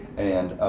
and,